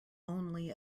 only